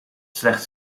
slechts